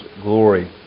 glory